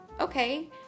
okay